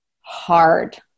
hard